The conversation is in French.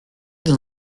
dans